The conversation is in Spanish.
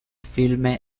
filme